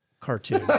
Cartoon